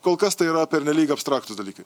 kol kas tai yra pernelyg abstraktūs dalykai